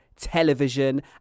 television